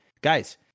Guys